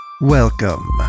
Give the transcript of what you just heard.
Welcome